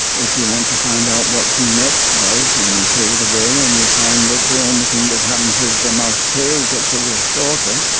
if you want to find out what gene x does and you take it away and you find that the only thing that happens is the mouse tail gets a little shorter,